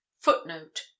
footnote